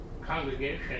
congregation